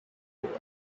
level